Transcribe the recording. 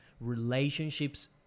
relationships